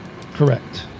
Correct